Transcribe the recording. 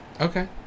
okay